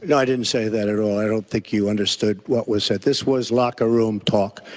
and i didn't say that at all. i don't think you understood what was said. this was locker room talk.